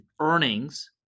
earnings